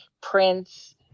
prints